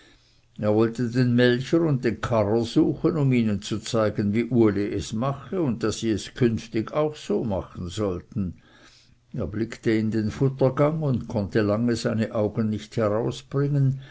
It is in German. er wollte den melcher und den karrer suchen um ihnen zu zeigen wie uli es mache und daß sie es künftig auch so machen sollten er blickte in den futtergang und konnte lange seine augen nicht herausbringen